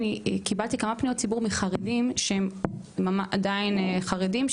אני קיבלתי כמה פניות ציבור מחרדים שהם עדיין חרדים,